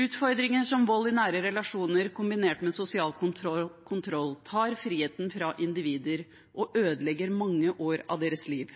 Utfordringer som vold i nære relasjoner kombinert med sosial kontroll tar friheten fra individer og ødelegger mange år av deres liv.